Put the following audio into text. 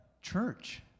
church